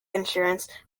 insurance